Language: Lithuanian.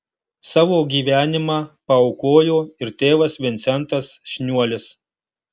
savo gyvenimą paaukojo ir tėvas vincentas šniuolis